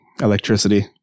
electricity